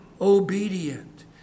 obedient